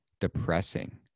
depressing